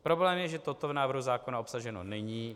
Problém je, že toto v návrhu zákona obsaženo není.